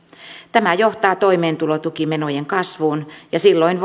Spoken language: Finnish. tämä johtaa toimeentulotukimenojen kasvuun ja silloin